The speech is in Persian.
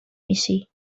میشی